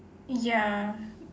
ya